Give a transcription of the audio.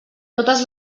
totes